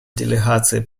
делегации